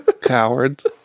Cowards